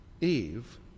Eve